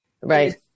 Right